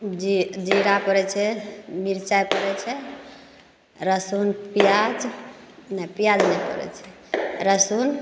जी जीरा पड़ै छै मिरचाइ पड़ै छै लहसुन पिआज नहि पिआज नहि पड़ै छै लहसुन